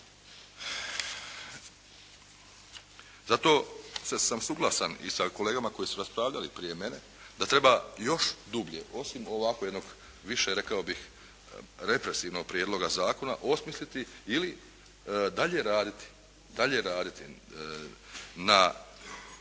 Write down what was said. Zato sam suglasan i sa kolegama koji su raspravljali prije mene da treba još dublje osim ovakvog jednog više rekao bih represivnog prijedloga zakona osmisliti ili dalje raditi na